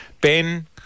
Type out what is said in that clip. Ben